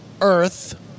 Earth